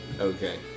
Okay